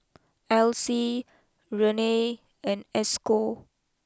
Alyse Renae and Esco